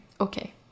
okay